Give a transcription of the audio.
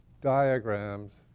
diagrams